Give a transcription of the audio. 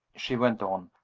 she went on,